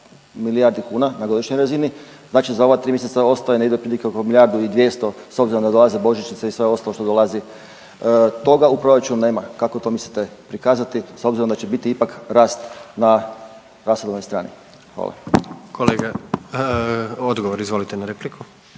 milijardi kuna na godišnjoj razini. Znači za ova 3 mjeseca ostaje negdje otprilike oko milijardu i 200 s obzirom da dolaze božićnica i sve ostalo što dolazi. Toga u proračunu nema. Kako to mislite prikazati s obzirom da će ipak biti rast na rashodovnoj strani? Hvala lijepo.